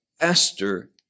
Esther